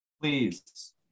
Please